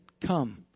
Come